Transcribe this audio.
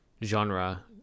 genre